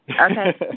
Okay